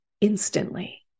instantly